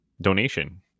donation